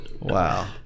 Wow